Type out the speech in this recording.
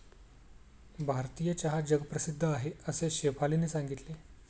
भारतीय चहा जगप्रसिद्ध आहे असे शेफालीने सांगितले